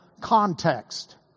context